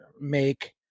make